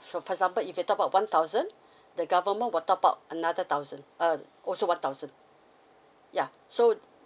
for for example if you top up one thousand the government will top up another thousand uh also one thousand yeah so